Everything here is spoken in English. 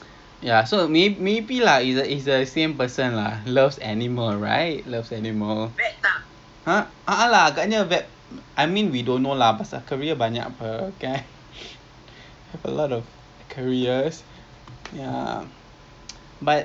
like include them into our conversation because I mean to think about it ya well what you say is true lah if someone is put in that environment they kind of macam angry or you know whatever emotion it just gets bottled up because you takde you know outlet boleh keluarkan the perasaan